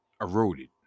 Eroded